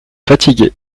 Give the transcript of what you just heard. fatigué